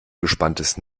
gespanntes